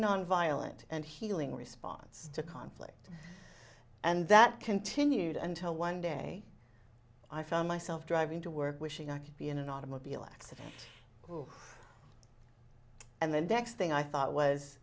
nonviolent and healing response to conflict and that continued until one day i found myself driving to work wishing i could be in an automobile accident and the next thing i thought was